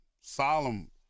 solemn